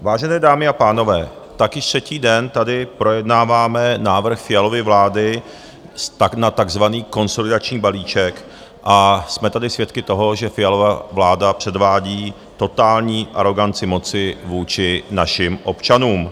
Vážené dámy a pánové, již třetí den tady projednáváme návrh Fialovy vlády na takzvaný konsolidační balíček a jsme tady svědky toho, že Fialova vláda předvádí totální aroganci moci vůči našim občanům.